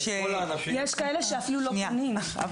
יש כאלה שאפילו לא פונים.